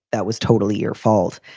that was totally your fault.